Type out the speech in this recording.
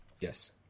Yes